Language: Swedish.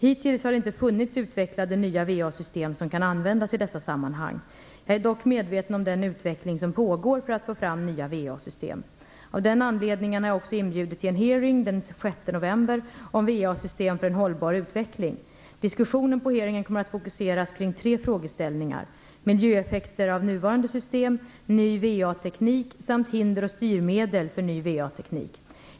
Hittills har det inte funnits utvecklade nya VA-system som kan användas i dessa sammanhang. Jag är dock medveten om den utveckling som pågår för att få fram nya VA-system. Av den anledningen har jag också inbjudit till en hearing den 6 november om VA-system för en hållbar utveckling. Diskussionen på hearingen kommer att fokuseras kring tre frågeställningar; miljöeffekter av nuvarande system, ny VA-teknik samt hinder och styrmedel för ny VA-teknik.